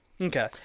Okay